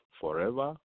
forever